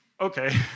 okay